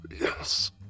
Yes